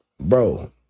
bro